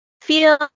feel